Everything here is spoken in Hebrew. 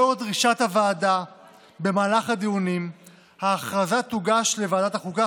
לאור דרישת הוועדה במהלך הדיונים ההכרזה תוגש לוועדת החוקה,